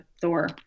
Thor